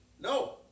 No